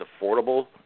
affordable